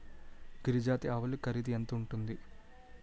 గిరి జాతి ఆవులు ఖరీదు ఎంత ఉంటుంది?